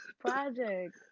project